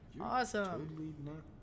Awesome